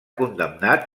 condemnat